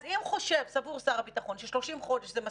אז אם סבור שר הביטחון ש-30 חודש זה מספיק,